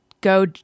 go